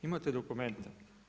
Imate dokumente.